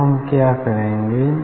अब हम क्या करेंगे